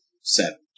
seven